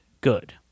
good